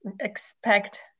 Expect